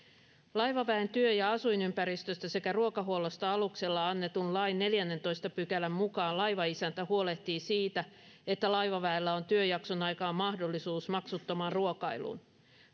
laivaväen työ ja asuinympäristöstä sekä ruokahuollosta aluksella annetun lain neljännentoista pykälän mukaan laivaisäntä huolehtii siitä että laivaväellä on työjakson aikaan mahdollisuus maksuttomaan ruokailuun